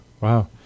wow